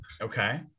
Okay